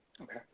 Okay